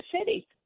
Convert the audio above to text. city